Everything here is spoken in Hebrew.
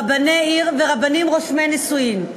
רבני עיר ורבנים רושמי נישואין.